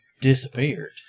disappeared